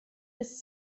des